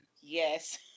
Yes